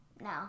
No